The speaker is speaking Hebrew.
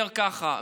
ולכן אני אומר ככה,